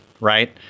right